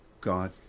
God